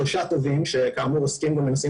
לשלושה תובעים שכאמור עוסקים גם בנושאים